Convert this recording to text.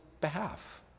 behalf